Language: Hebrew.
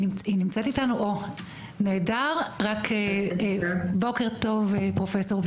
צוהריים טובים פרופסור,